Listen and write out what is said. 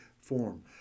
form